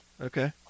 Okay